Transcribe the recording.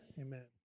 Amen